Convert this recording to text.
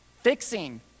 fixing